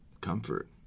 comfort